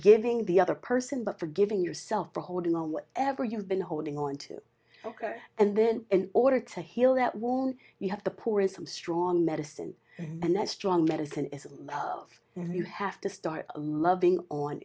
giving the other person but forgiving yourself for holding on what ever you've been holding on to ok and then in order to heal that will you have the poorest some strong medicine and that strong medicine is you have to start loving on